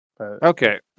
Okay